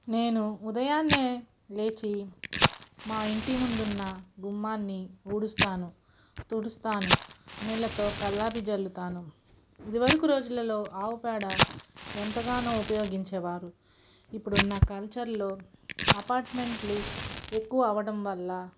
నేను ఉదయాన్నే లేచి మా ఇంటి ముందున్న గుమ్మాన్ని ఊడుస్తాను తుడుస్తాను నీళ్ళతో కల్లాపు చల్లుతాను ఇదివరకు రోజులలో ఆవుపేడ ఎంతగానో ఉపయోగించేవారు ఇప్పుడు ఉన్న కల్చర్లో అపార్ట్మెంట్లు ఎక్కువ అవ్వడం వల్ల